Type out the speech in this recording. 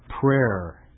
Prayer